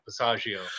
Passaggio